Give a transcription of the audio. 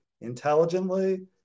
intelligently